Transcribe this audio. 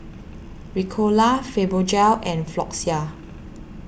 Ricola Fibogel and Floxia